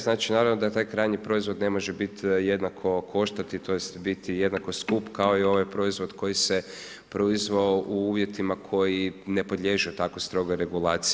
Znači naravno da taj krajnji proizvod ne može biti, jednako koštati, tj. biti jednako skup kao i ovaj proizvod koji se proizveo u uvjetima koji ne podliježu tako strogoj regulaciji.